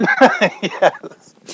Yes